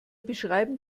beschreiben